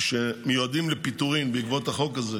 שמיועדים לפיטורים בעקבות החוק הזה,